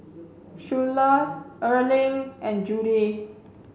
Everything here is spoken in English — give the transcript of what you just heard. Schuyler Erling and Judy